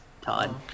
Todd